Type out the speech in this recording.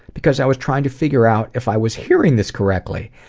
because i was trying to figure out if i was hearing this correctly.